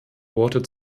worte